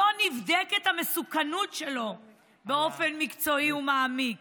לא נבדקת המסוכנות שלו באופן מקצועי ומעמיק